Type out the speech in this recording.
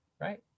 right